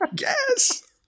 Yes